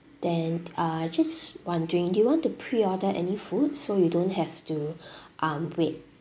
then uh just wondering do you want to pre order any food so you don't have to um wait